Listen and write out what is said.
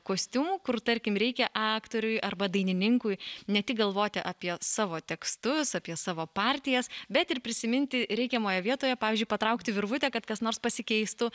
kostiumų kur tarkim reikia aktoriui arba dainininkui ne tik galvoti apie savo tekstus apie savo partijas bet ir prisiminti reikiamoje vietoje pavyzdžiui patraukti virvutę kad kas nors pasikeistų